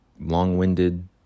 long-winded